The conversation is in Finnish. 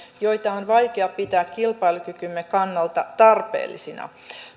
joita on vaikea pitää kilpailukykymme kannalta tarpeellisina